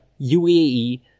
UAE